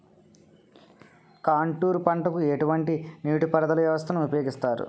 Contour పంటకు ఎటువంటి నీటిపారుదల వ్యవస్థను ఉపయోగిస్తారు?